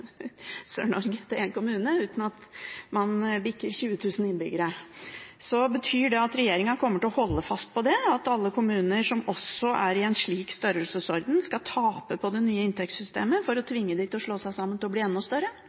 en kommune uten at man bikker 20 000 innbyggere. Betyr det at regjeringen kommer til å holde fast på at alle kommuner som også er i en slik størrelsesorden, skal tape på det nye inntektssystemet for å tvinge dem til å slå seg sammen til å bli enda større?